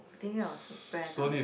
thinking of brand ah